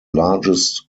largest